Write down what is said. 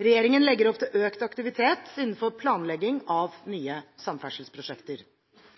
Regjeringen legger opp til økt aktivitet innenfor planlegging av